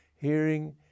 Hearing